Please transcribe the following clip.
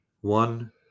One